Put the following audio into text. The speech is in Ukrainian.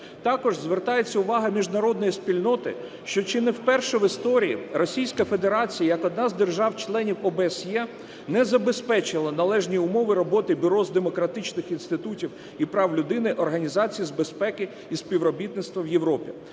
Також звертається увага міжнародної спільноти, що чи не вперше в історії Російська Федерація як одна з держав-членів ОБСЄ не забезпечила належні умови роботи Бюро з демократичних інститутів і прав людини Організації з безпеки і співробітництва в Європі,